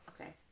Okay